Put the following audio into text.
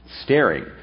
staring